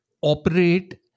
operate